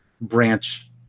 branch